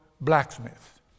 blacksmith